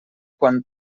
quan